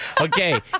Okay